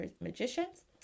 magicians